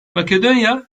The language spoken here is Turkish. makedonya